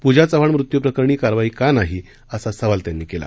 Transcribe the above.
पूजा चव्हाण मृत्यूप्रकरणी कारवाई का नाही असा सवाल त्यांनी केला